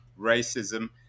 racism